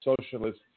socialist